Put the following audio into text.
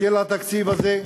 של התקציב הזה?